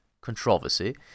controversy